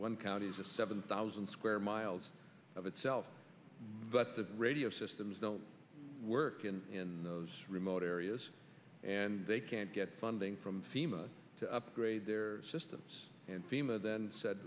one counties a seven thousand square miles of itself but the radio systems don't work in those remote areas and they can't get funding from fema to upgrade their systems and fema then said